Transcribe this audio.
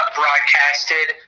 broadcasted